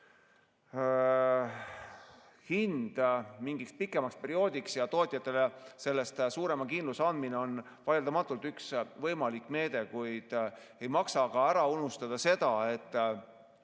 hind mingiks pikemaks perioodiks ja tootjatele sellega suurema kindluse andmine on vaieldamatult üks võimalik meede. Kuid ei maksa ära unustada seda, et